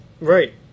right